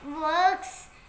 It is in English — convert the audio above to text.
works